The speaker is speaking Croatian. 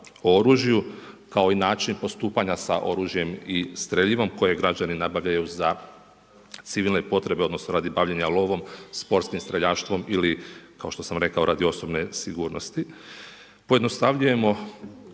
o oružju, kao i način postupanja sa oružjem i streljivom koje građani nabavljaju za civilne potrebe odnosno radi bavljenja lovom, sportskim streljaštvom ili kao što sam rekao radi osobne sigurnosti.